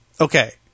Okay